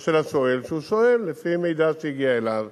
לא של השואל, ששואל לפי מידע שהגיע אליו,